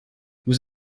vous